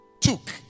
Took